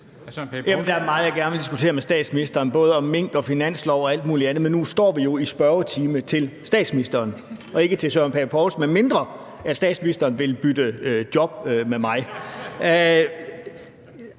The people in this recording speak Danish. Der er meget, jeg gerne vil diskutere med statsministeren – både om mink og finanslov og alt mulig andet – men nu står vi jo i spørgetimen med spørgsmål til statsministeren og ikke til Søren Pape Poulsen, medmindre statsministeren vil bytte job med mig.